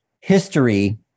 history